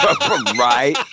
Right